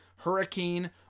hurricane